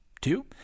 Two